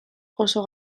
oso